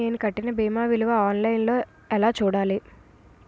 నేను కట్టిన భీమా వివరాలు ఆన్ లైన్ లో ఎలా చూడాలి?